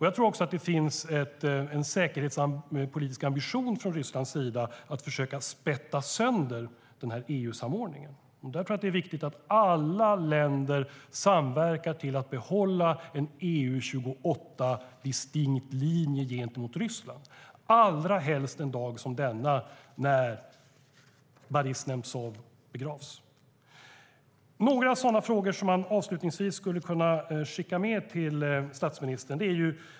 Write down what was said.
Jag tror också att det finns en säkerhetspolitisk ambition från Rysslands sida att försöka spetta sönder denna EU-samordning, och därför är det viktigt att alla länder samverkar till att behålla en EU28-distinkt linje gentemot Ryssland, allrahelst en dag som denna när Boris Nemtsov begravs. Jag har några frågor att avslutningsvis skicka med till statsministern.